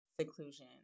seclusion